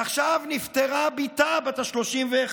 עכשיו נפטרה בתה בת ה-31,